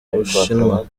bushinwa